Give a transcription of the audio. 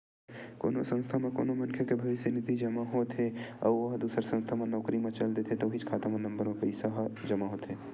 कोनो संस्था म कोनो मनखे के भविस्य निधि जमा होत हे अउ ओ ह दूसर संस्था म नउकरी म चल देथे त उहींच खाता नंबर म पइसा जमा होथे